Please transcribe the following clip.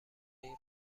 این